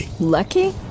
lucky